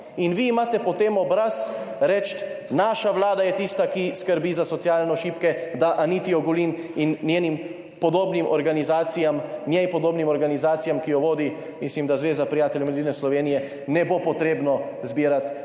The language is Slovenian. In vi imate potem obraz reči: naša vlada je tista, ki skrbi za socialno šibke, da Aniti Ogulin in njeni podobnim organizacijam, ki jo vodi, mislim, da Zveza prijateljev mladine Slovenije, ne bo potrebno zbirati